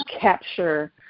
capture